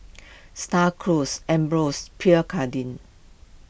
Star Cruise Ambros Pierre Cardin